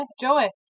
Joey